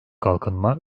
kalkınma